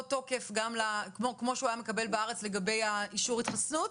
תוקף כמו שהוא היה מקבל בארץ לגבי אישור ההתחסנות,